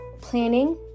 planning